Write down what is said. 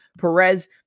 Perez